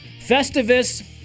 Festivus